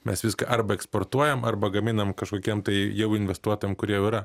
mes viską arba eksportuojam arba gaminam kažkokiem tai jau investuotojam kurie yra